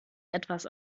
etwas